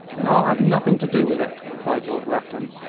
then i'll have nothing to do with it, cried lord rufton.